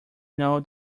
know